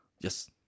yes